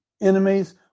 Enemies